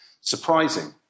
surprising